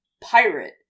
pirate